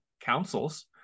councils